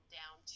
down